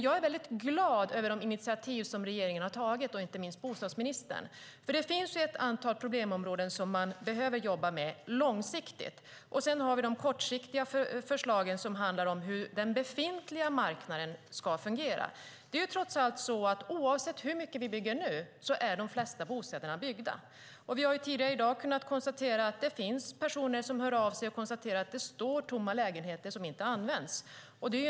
Jag är väldigt glad över de initiativ som regeringen har tagit, och inte minst bostadsministern. Det finns ett antal problemområden som man behöver jobba med långsiktigt. Sedan har vi de kortsiktiga förslagen, som handlar om hur den befintliga marknaden ska fungera. Oavsett hur mycket vi bygger nu är trots allt de flesta bostäderna byggda. Vi har tidigare i dag kunnat konstatera att personer hör av sig och talar om att lägenheter står tomma och inte används.